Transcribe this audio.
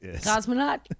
Cosmonaut